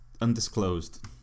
undisclosed